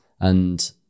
And-